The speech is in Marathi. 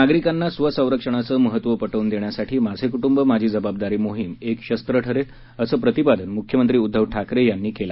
नागरिकांना स्वसंरक्षणाचे महत्व पटवून देण्यासाठी माझे कुटुंब माझी जबाबदारी मोहीम एक शस्त्र ठरेल असे प्रतिपादन मुख्यमंत्री उद्दव ठाकरे यांनी केले